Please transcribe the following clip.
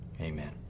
Amen